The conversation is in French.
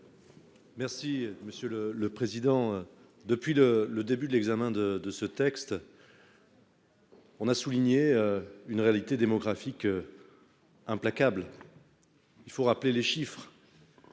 M. Stéphane Le Rudulier. Depuis le début de l'examen de ce texte, on a souligné une réalité démographique implacable. Il faut rappeler les chiffres.